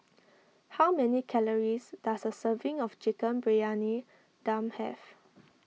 how many calories does a serving of Chicken Briyani Dum have